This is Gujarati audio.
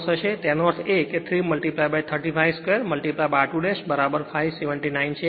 તેથી તેનો અર્થ એ કે 3 35 2 r2 બરાબર 579 છે